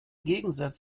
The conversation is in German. gegensatz